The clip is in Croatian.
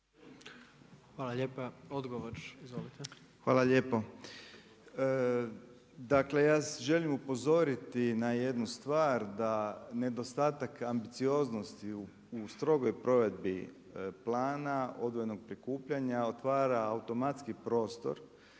Slaven (MOST)** Hvala lijepo. Dakle, ja želim upozoriti na jednu stvar da nedostatak ambicioznosti u strogoj provedbi Plana odvojenog prikupljanja otvara automatski prostor